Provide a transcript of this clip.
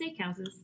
steakhouses